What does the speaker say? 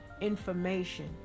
information